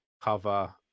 cover